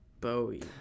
Bowie